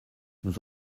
nous